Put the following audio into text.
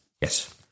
Yes